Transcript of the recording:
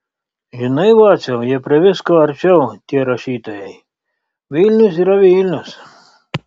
žinai vaciau jie prie visko arčiau tie rašytojai vilnius yra vilnius